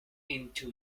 into